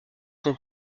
son